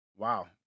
wow